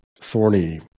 thorny